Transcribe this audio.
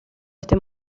este